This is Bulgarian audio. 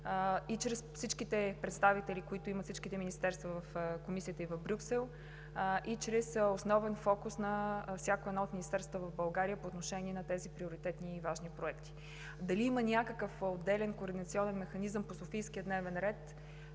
чрез всичките представители, които имат всичките министерства в Комисията и в Брюксел, а и чрез основен фокус на всяко едно от министерствата в България по отношение на тези приоритетни и важни проекти. Дали има някакъв отделен координационен механизъм по Софийския дневен ред,